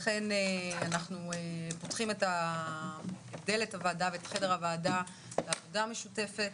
לכן אנחנו פותחים את דלת הוועדה ואת חדר הוועדה לעבודה משותפת.